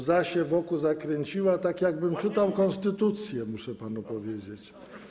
Łza się w oku zakręciła, tak jakbym czytał konstytucję, muszę panu powiedzieć.